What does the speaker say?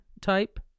type